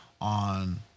on